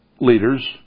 leaders